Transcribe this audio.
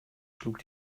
schlug